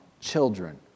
children